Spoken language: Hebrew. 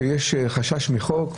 שיש חשש מחוק,